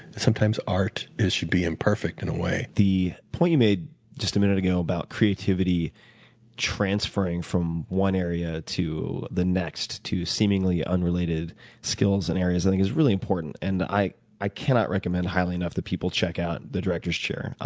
sometimes art should be imperfect, in a way. the point you made just a minute ago about creativity transferring from one area to the next, to seemingly unrelated skills and areas i think is really important. and i i cannot recommend highly enough that people check out the director's chair.